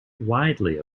widely